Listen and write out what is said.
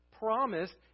promised